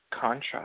contract